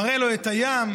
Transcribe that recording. מראה לו את הים,